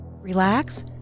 Relax